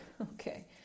okay